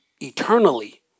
eternally